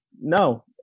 No